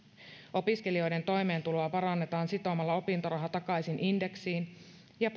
opiskelijoiden toimeentuloa parannetaan sitomalla opintoraha takaisin indeksiin ja